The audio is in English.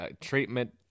treatment